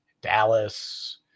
Dallas